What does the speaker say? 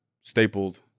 stapled